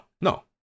No